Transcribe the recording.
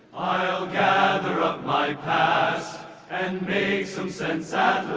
i'll gather up my past and make some sense